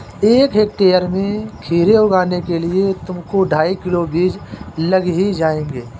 एक हेक्टेयर में खीरे उगाने के लिए तुमको ढाई किलो बीज लग ही जाएंगे